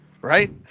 Right